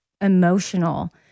emotional